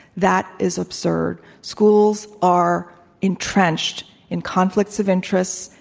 that is absurd. schools are entrenched in conflicts of interest,